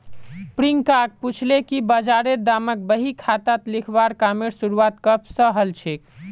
प्रियांक पूछले कि बजारेर दामक बही खातात लिखवार कामेर शुरुआत कब स हलछेक